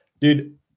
dude